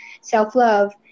self-love